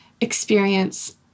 experience